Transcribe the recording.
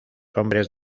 hombres